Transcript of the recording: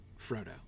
Frodo